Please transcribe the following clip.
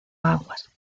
aguas